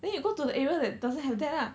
then you go to the area that doesn't have that lah